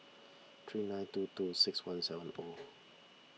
three nine two two six one seven O